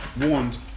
warned